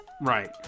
Right